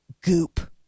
goop